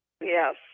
Yes